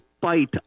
fight